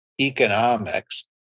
economics